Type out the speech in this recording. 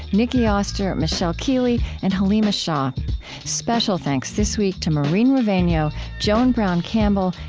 nicki oster, michelle keeley, and haleema shah special thanks this week to maureen rovegno, joan brown campbell,